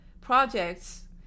projects